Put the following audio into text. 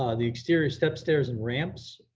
ah the exterior steps, stairs and ramps,